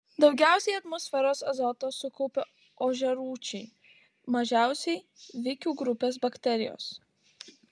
daugiausiai atmosferos azoto sukaupia ožiarūčiai mažiausiai vikių grupės bakterijos